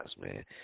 man